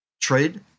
trade